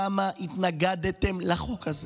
למה התנגדתם לחוק הזה?